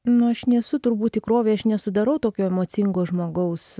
nu aš nesu turbūt tikrovėj aš nesudarau tokio emocingo žmogaus